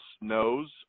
knows